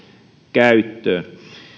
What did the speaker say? käyttöön